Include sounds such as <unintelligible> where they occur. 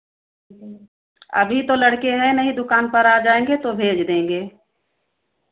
ठीक <unintelligible> अभी तो लड़के है नहीं दुकान पर आ जाएँगे तो भेज देंगे